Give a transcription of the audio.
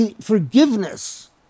Forgiveness